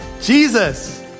Jesus